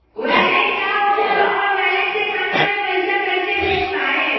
Wallet का होखेला और वैलेट से खाता मे पईसा कइसे भेज पाएम?